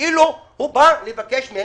כאילו הוא בא לבקש מהם נדבות.